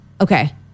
Okay